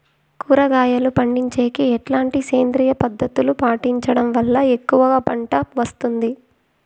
కూరగాయలు పండించేకి ఎట్లాంటి సేంద్రియ పద్ధతులు పాటించడం వల్ల ఎక్కువగా పంట వస్తుంది?